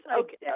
Okay